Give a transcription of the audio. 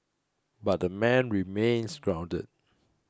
but the man remains grounded